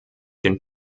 den